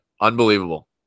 Unbelievable